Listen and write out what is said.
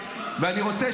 ראו, ראו, בסדר.